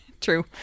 true